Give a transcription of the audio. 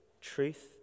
truth